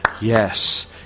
yes